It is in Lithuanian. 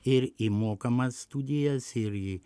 ir į mokamas studijas ir į